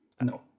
No